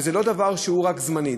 וזה לא דבר שהוא רק זמני,